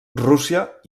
rússia